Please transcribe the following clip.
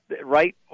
right